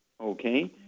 Okay